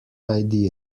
idea